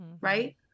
right